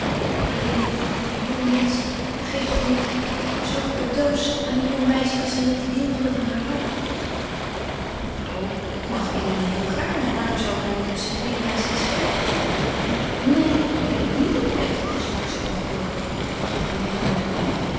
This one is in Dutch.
alleen een jong mensch geeft toch niet zulke cadeaux aan een jong meisje als hij niet heel veel van haar houdt o ik mag eline heel gaarne waarom zou ik haar niet op st nicolaas iets geven neen otto je bent niet oprecht sprak zij ongeduldig en trok hem mede naar de